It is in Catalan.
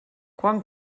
quan